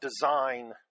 design